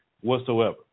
whatsoever